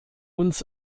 uns